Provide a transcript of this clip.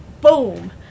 boom